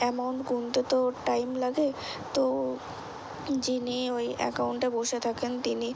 amount গুনতে তো time লাগে তো যিনি ওই অ্যাকাউন্টে বসে থাকেন তিনি